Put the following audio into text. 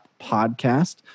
Podcast